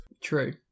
True